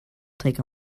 take